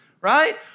right